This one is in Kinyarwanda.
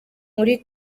muri